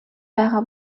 байгаа